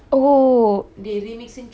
oh my god !wow!